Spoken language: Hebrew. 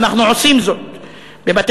ואנחנו עושים זאת בבתי-ספר,